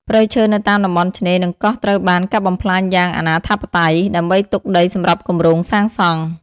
ព្រៃឈើនៅតាមតំបន់ឆ្នេរ និងកោះត្រូវបាន កាប់បំផ្លាញយ៉ាងអនាធិបតេយ្យ ដើម្បីទុកដីសម្រាប់គម្រោងសាងសង់។